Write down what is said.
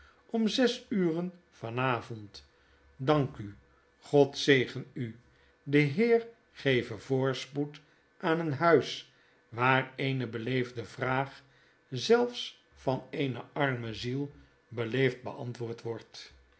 om zes uren van avond w dank u god zegen u de heer gevevoorspoed aan een huis waar eene beleefde vraag zelfs van eene arme ziel beleefd beantwoordt wordt